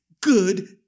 good